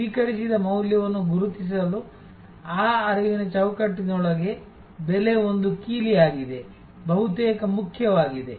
ಸ್ವೀಕರಿಸಿದ ಮೌಲ್ಯವನ್ನು ಗುರುತಿಸಲು ಆ ಅರಿವಿನ ಚೌಕಟ್ಟಿನೊಳಗೆ ಬೆಲೆ ಒಂದು ಕೀಲಿಯಾಗಿದೆ ಬಹುತೇಕ ಮುಖ್ಯವಾಗಿದೆ